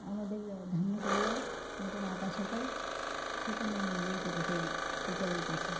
আমাদের ধান্যকুড়িয়ায় একজন আঁকা শেখায় সেখানে নিয়ে গিয়েছিল সেই টিচারের কাছে